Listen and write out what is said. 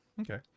okay